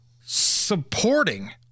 supporting